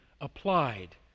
applied